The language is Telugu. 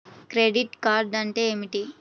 క్రెడిట్ కార్డ్ అంటే ఏమిటి?